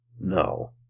No